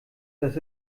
dass